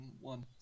one